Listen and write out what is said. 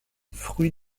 fruits